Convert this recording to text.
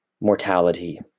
mortality